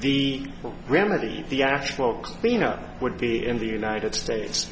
the remedy the actual cleanup would be in the united states